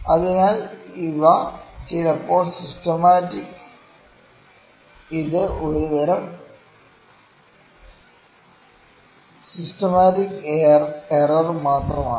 അതിനാൽ ഇവ ചിലപ്പോൾ സിസ്റ്റമാറ്റിക് ഇത് ഒരുതരം സിസ്റ്റമാറ്റിക് എറർ മാത്രമാണ്